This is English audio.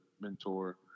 mentor